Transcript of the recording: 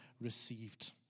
received